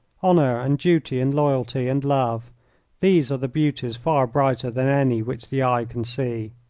honour, and duty, and loyalty, and love these are the beauties far brighter than any which the eye can see.